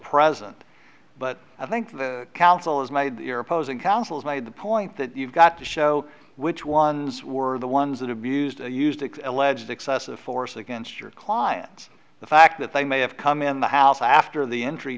present but i think the council has made your opposing counsel has made the point that you've got to show which ones were the ones that abused used alleged excessive force against your clients the fact that they may have come in the house after the